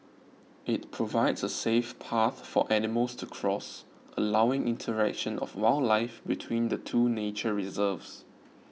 it provides a safe path for animals to cross allowing interaction of wildlife between the two nature reserves